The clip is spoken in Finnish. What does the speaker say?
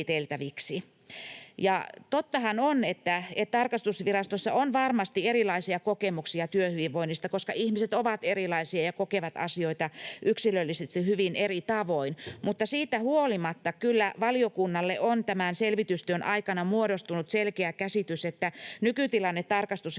tottahan on, että tarkastusvirastossa on varmasti erilaisia kokemuksia työhyvinvoinnista, koska ihmiset ovat erilaisia ja kokevat asioita yksilöllisesti hyvin eri tavoin, mutta siitä huolimatta kyllä valiokunnalle on tämän selvitystyön aikana muodostunut selkeä käsitys, että nykytilanne tarkastusviraston